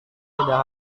tidak